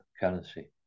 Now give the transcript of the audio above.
currency